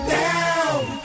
down